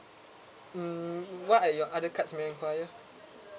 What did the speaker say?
hmm what are your other cards may inquire